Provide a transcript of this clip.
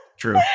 True